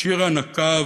שירה נקב,